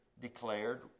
declared